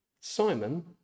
Simon